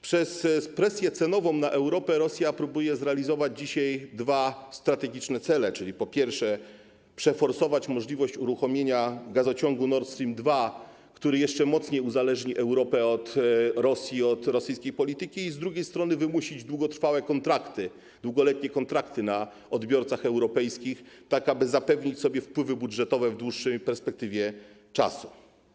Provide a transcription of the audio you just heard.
Przez presję cenową wywieraną na Europę Rosja próbuje zrealizować dzisiaj dwa strategiczne cele, czyli po pierwsze przeforsować możliwość uruchomienia gazociągu Nord Stream 2, który jeszcze mocniej uzależni Europę od Rosji i od rosyjskiej polityki, a po drugie, wymusić długotrwałe, długoletnie kontrakty na odbiorcach europejskich, tak aby zapewnić sobie wpływy budżetowe w dłuższej perspektywie czasu.